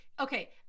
Okay